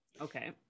Okay